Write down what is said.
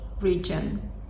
region